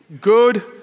Good